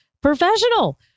professional